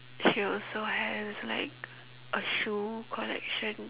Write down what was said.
she also has like a shoe collection